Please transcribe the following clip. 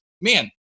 man